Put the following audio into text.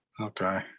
Okay